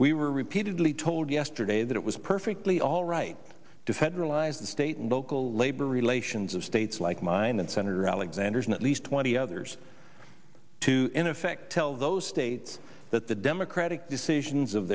we were repeatedly told yesterday that it was perfectly all right to federalize the state and local lake the relations of states like mine and senator alexander and at least twenty others to in effect tell those states that the democratic decisions of